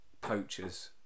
poachers